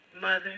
Mother